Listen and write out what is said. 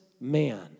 man